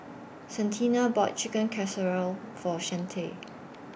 Santina bought Chicken Casserole For Shante